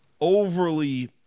overly